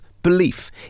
belief